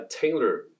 Taylor